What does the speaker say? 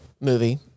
movie